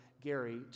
Gary